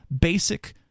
basic